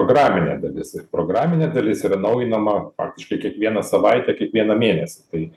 programinė dalis ir programinė dalis yra naujinama faktiškai kiekvieną savaitę kiekvieną mėnesį tai